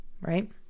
right